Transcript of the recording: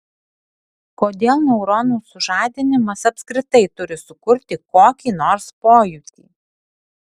kodėl neuronų sužadinimas apskritai turi sukurti kokį nors pojūtį